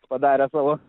padarę savo